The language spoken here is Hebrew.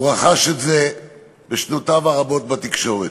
הוא רכש את זה בשנותיו הרבות בתקשורת.